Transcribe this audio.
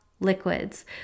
liquids